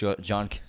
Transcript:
John